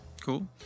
Cool